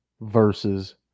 versus